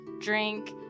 Drink